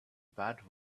bad